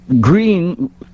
green